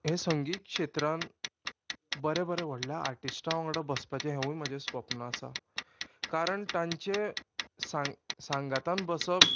हे संगीत क्षेत्रान बरे बरे व्हडल्या आर्टिस्टा वांगडा बसपाचें हेंवूय म्हाजें स्वप्न आसा कारण तांचें सांग सांगातान बसप